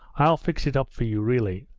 i'll fix it up for you. really